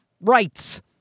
rights